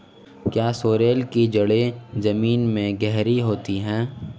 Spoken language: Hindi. क्या सोरेल की जड़ें जमीन में गहरी होती हैं?